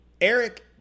Eric